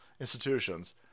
institutions